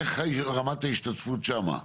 איך רמת ההשתתפות שם?